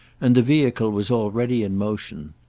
and the vehicle was already in motion.